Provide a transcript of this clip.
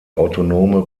autonome